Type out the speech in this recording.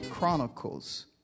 Chronicles